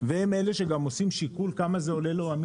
והם אלה שגם עושים שיקול כמה עולה להם